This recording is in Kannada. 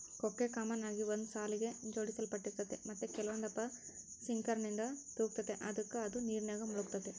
ಕೊಕ್ಕೆ ಕಾಮನ್ ಆಗಿ ಒಂದು ಸಾಲಿಗೆ ಜೋಡಿಸಲ್ಪಟ್ಟಿರ್ತತೆ ಮತ್ತೆ ಕೆಲವೊಂದಪ್ಪ ಸಿಂಕರ್ನಿಂದ ತೂಗ್ತತೆ ಅದುಕ ಅದು ನೀರಿನಾಗ ಮುಳುಗ್ತತೆ